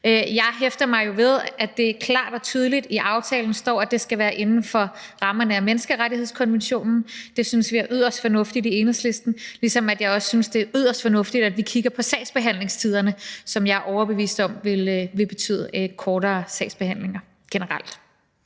Jeg hæfter mig jo ved, at det klart og tydeligt står i aftalen, at det skal være inden for rammerne af menneskerettighedskonventionen. Det synes vi i Enhedslisten er yderst fornuftigt, ligesom jeg også synes, det er yderst fornuftigt, at vi kigger på sagsbehandlingstiderne, hvilket jeg er overbevist om vil betyde kortere sagsbehandlinger generelt.